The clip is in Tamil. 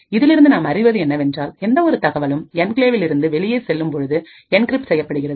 இதிலிருந்து நாம் அறிவது என்னவென்றால் எந்த ஒரு தகவலும் என்கிளேவிலிருந்து வெளியே செல்லும் பொழுது என்கிரிப்ட் செய்யப்படுகின்றது